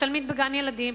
תלמיד בגן-ילדים